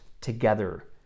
together